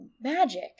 magic